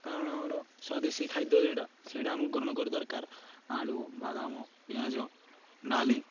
କାରଣ ଆମର ସ୍ୱାଦେସୀ ଖାଦ୍ୟ ଯେଉଁଟା ସେଇଟା ଆମକୁ ଗ୍ରହଣ କରି ଦରକାର ଆଳୁ ବାଦାମ ପିଆଜ ଡାଲି